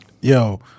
Yo